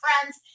friends